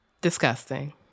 Disgusting